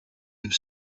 have